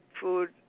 food